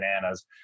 bananas